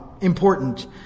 important